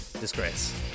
disgrace